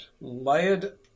Layered